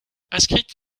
inscrite